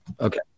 okay